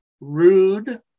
rude